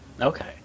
Okay